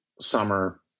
summer